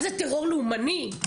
מה זה טרור לאומני?